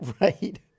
Right